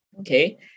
Okay